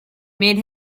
made